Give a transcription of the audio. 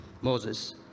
moses